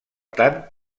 tant